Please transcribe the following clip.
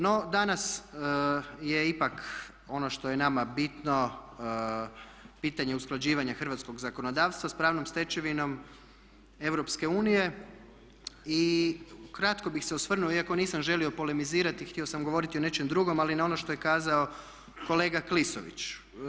No, danas je ipak ono što je nama bitno pitanje usklađivanja hrvatskog zakonodavstva s pravnom stečevinom EU i ukratko bih se osvrnuo, iako nisam želio polemizirati i htio sam govoriti o nečemu drugom, ali na ono što je kazao kolega Klisović.